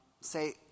say